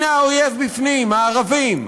הנה האויב בפנים, הערבים.